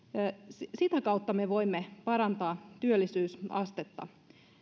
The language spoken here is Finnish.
sitä kautta me voimme parantaa työllisyysastetta